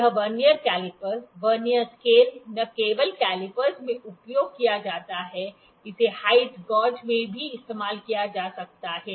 यह vernier caliper vernier scale न केवल कैलीपर्स में उपयोग किया जाता है इसे हाईट गेज में भी इस्तेमाल किया जा सकता है